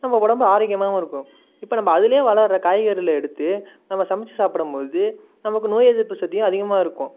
நம்ம உடம்பு ஆரோக்கியமாகவும் இருக்கும் இப்போ நம்ம அதில் வளர்கிற காய்கறிகளை எடுத்து நம்ம சமைச்சி சாப்படும் போது நமக்கு நோய் எதிர்ப்பு சக்தியும் அதிகமாக இருக்கும்